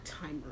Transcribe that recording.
timer